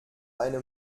eine